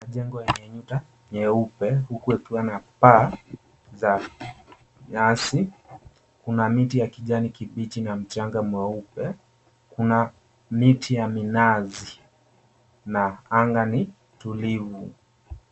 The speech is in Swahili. Kuna jengo yenye kuta nyeupe huku ikiwa na paa za nyasi. kuna miti ya kijani kibichi na mchanga mweupe, kuna miti ya minazi na anga ni tulivu.